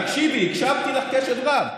תקשיבי, הקשבתי לך בקשב רב.